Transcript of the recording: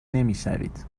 نمیشوید